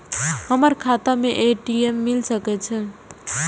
हमर खाता में ए.टी.एम मिल सके छै?